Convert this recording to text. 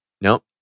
nope